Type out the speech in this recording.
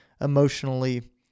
emotionally